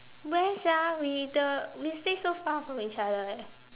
where sia we the we stay so far from each other eh